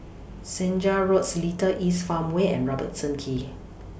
Senja Road Seletar East Farmway and Robertson Quay